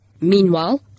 Meanwhile